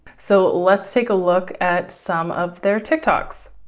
so let's take a look at some of their tiktoks.